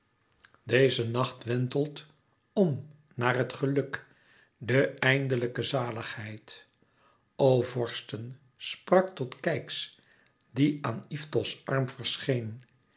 deze nacht wentelt om naar het geluk de eindelijke zaligheid o vorsten sprak tot keyx die aan ifitos arm